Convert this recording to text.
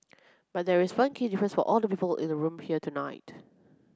but there is one key difference for all the people in the room here tonight